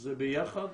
זה ביחד,